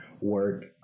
work